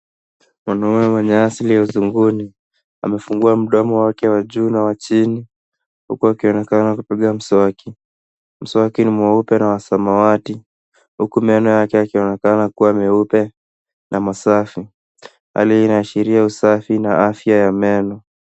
Mwanaume mwenye asili ya uzunguni amefungua mdomo wake wa juu na wa chini, huku akionekana kupiga mswaki. Mswaki ni mweupe na wa samawati huku meno yake yakionekana kuwa meupe na masafi, hali hii inaashiria usafi na afya ya meno.